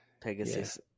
Pegasus